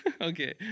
Okay